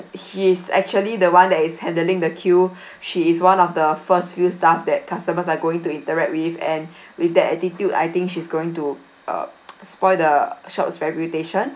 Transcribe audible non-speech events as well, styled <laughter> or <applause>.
she is actually the one that is handling the queue <breath> she is one of the first few staff that customers are going to interact with and <breath> with that attitude I think she's going to uh <noise> spoil the shop's reputation